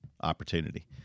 opportunity